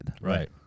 right